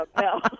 no